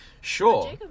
Sure